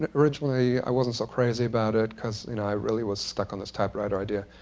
and originally i wasn't so crazy about it because you know i really was stuck on this typewriter idea,